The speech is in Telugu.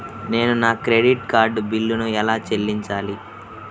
నేను నా క్రెడిట్ కార్డ్ బిల్లును ఎలా చెల్లించాలీ?